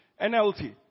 NLT